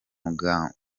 magambo